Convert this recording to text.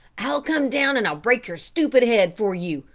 i'll come down and break your stupid head for you,